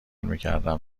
میکردم